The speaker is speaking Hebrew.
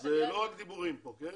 אלה לא רק דיבורים כאן.